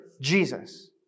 Jesus